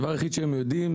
הדבר היחיד שהן יודעות,